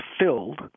filled